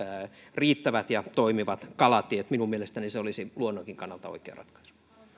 riittävät ja toimivat kalatiet minun mielestäni se olisi luonnonkin kannalta oikea ratkaisu